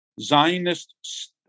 Zionist